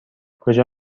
کجا